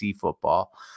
football